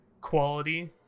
quality